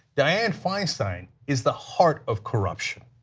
diane feinstein is the heart of corruption.